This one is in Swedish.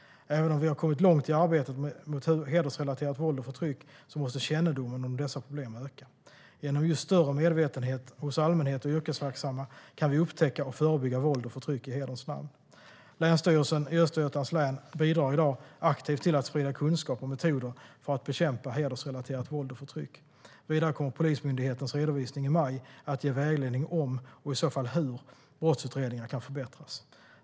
Även om vi har kommit långt i arbetet mot hedersrelaterat våld och förtryck måste kännedomen om dessa problem öka. Genom just större medvetenhet hos allmänhet och yrkesverksamma kan vi upptäcka och förebygga våld och förtryck i hederns namn. Länsstyrelsen i Östergötlands län bidrar i dag aktivt till att sprida kunskap och metoder för att bekämpa hedersrelaterat våld och förtryck. Vidare kommer Polismyndighetens redovisning i maj att ge vägledning om - och i så fall hur - brottsutredningar kan förbättras.